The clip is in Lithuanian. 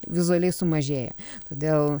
vizualiai sumažėja todėl